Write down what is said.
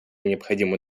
необходимо